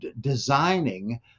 designing